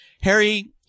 Harry